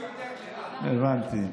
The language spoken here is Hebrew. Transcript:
הבנתי.